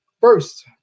first